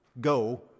Go